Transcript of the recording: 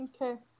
okay